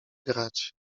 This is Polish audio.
grać